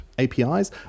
APIs